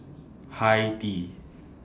Hi Tea